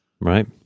Right